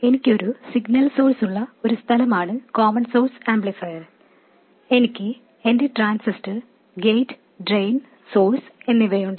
എനിക്ക് ഒരു സിഗ്നൽ സോഴ്സ്ള്ള ഒരു സ്ഥലമാണ് കോമൺ സോഴ്സ് ആംപ്ലിഫയർ എനിക്ക് എന്റെ ട്രാൻസിസ്റ്റർ ഗേറ്റ് ഡ്രെയിൻ സോഴ്സ് എന്നിവയുണ്ട്